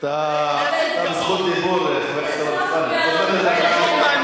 אתה לא בזכות דיבור, חבר הכנסת.